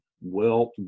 wealth